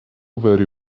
very